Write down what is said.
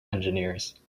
engineers